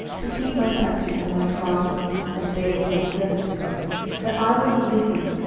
to keep my statutes and my commandments, as david my servant did that i will be with thee,